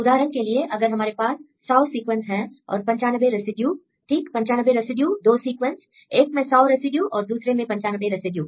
उदाहरण के लिए अगर हमारे पास 100 सीक्वेंस हैं और 95 रेसिड्यू ठीक 95 रेसिड्यू दो सीक्वेंस एक में 100 रेसिड्यू और दूसरे में 95 रेसिड्यू